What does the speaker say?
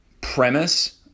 premise